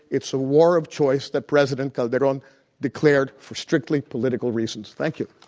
it's a war of choice that president calderon declared for strictly political reasons, thank you.